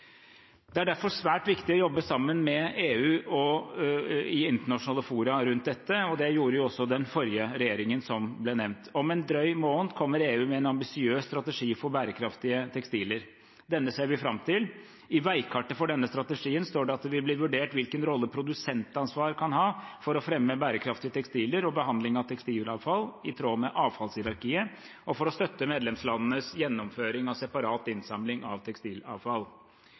Det er derfor svært viktig å jobbe sammen med EU og i internasjonale fora rundt dette. Det gjorde også den forrige regjeringen, som det ble nevnt. Om en drøy måned kommer EU med en ambisiøs strategi for bærekraftige tekstiler. Denne ser vi fram til. I veikartet for denne strategien står det at det vil bli vurdert hvilken rolle produsentansvar kan ha for å fremme bærekraftige tekstiler og behandling av tekstilavfall i tråd med avfallshierarkiet, og for å støtte medlemslandenes gjennomføring av separat innsamling av tekstilavfall.